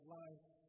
life